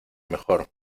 mejor